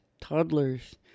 toddlers